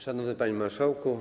Szanowny Panie Marszałku!